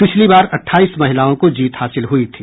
पिछली बार अठाईस महिलाओं को जीत हासिल हुई थी